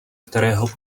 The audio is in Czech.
kterého